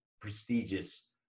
prestigious